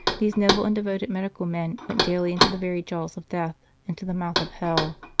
these noble and devoted medical men went daily into the very jaws of death, into the mouth of hell.